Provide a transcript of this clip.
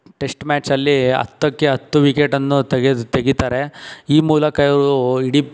test ಮ್ಯಾಚಲ್ಲಿ ಹತ್ತಕ್ಕೆ ಹತ್ತು ವಿಕೆಟನ್ನು ತೆಗೆದು ತೆಗೀತಾರೆ ಈ ಮೂಲಕ ಇವರು ಇಡೀ